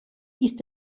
ist